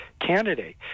candidate